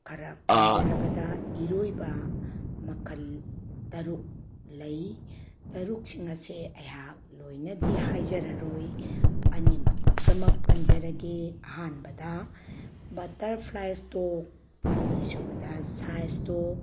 ꯈꯔ ꯄꯟꯖꯔꯕꯗ ꯏꯔꯣꯏꯕ ꯃꯈꯜ ꯇꯔꯨꯛ ꯂꯩ ꯇꯔꯨꯛꯁꯤꯡ ꯑꯁꯦ ꯑꯩꯍꯥꯛ ꯂꯣꯏꯅꯗꯤ ꯍꯥꯏꯖꯔꯔꯣꯏ ꯑꯅꯤꯃꯛꯈꯛꯇꯃꯛ ꯄꯟꯖꯔꯒꯦ ꯑꯍꯥꯟꯕꯗ ꯕꯇꯔꯐ꯭ꯂꯥꯏ ꯁ꯭ꯇꯔꯣꯛ ꯑꯅꯤꯁꯨꯕꯗ ꯁꯥꯏꯠ ꯁ꯭ꯇꯔꯣꯛ